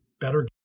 better